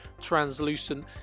Translucent